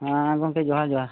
ᱦᱮᱸ ᱜᱚᱢᱠᱮ ᱡᱚᱦᱟᱨ ᱡᱚᱦᱟᱨ